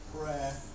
Prayer